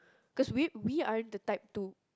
cause we we are in the type to